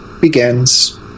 begins